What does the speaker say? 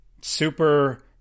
super